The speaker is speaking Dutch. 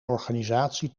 organisatie